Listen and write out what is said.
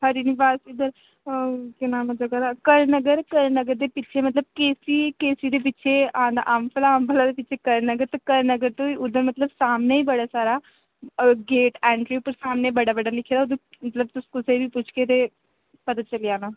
हरी निवास इद्धर केह् नाम ऐ जगह् दा थुआढ़ा करन नगर करण नगर दे पिच्छे मतलब के सी दे पिच्छे आंदा अंबफला अंबफला दे पिच्छे करन नगर ते करन नगर तो उद्धर मतलब सामनै ई बड़ा सारा ते गेट एंट्री उप्पर सामनै बड़ा बड्डा लिखे दा उद्धर मतलब तुस कुसै बी पुच्छगे ते पता चली जाना